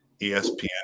ESPN